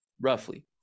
roughly